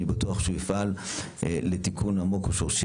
אני בטוח שהוא יפעל לתיקון עמוק ושורשי